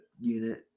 unit